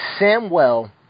Samwell